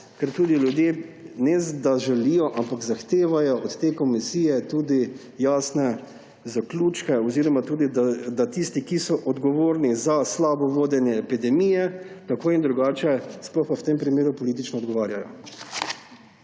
ker tudi ljudje ne da želijo, ampak zahtevajo od te komisije tudi jasne zaključke oziroma da tisti, ki so odgovorni za slabo vodenje epidemije, tako in drugače, sploh pa v tem primeru politično odgovarjajo.